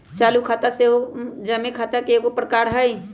चालू खता सेहो जमें खता के एगो प्रकार हइ